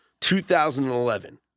2011